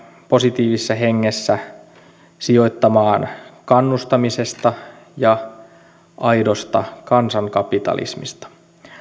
positiivisessa hengessä sijoittamaan kannustamisesta ja aidosta kansankapitalismista